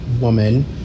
woman